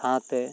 ᱥᱟᱶᱛᱮ